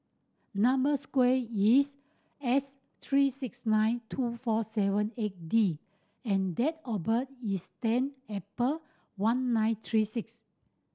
number sequence is S three six nine two four seven eight D and date of birth is ten April one nine three six